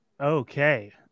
Okay